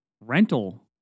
rental